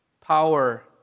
power